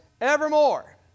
evermore